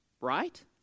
right